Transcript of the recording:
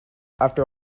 after